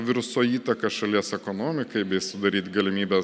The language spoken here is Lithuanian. viruso įtaką šalies ekonomikai bei sudaryt galimybes